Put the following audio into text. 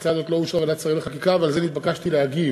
ההצעה הזאת לא אושרה בוועדת שרים לחקיקה ועל זה נתבקשתי להגיב.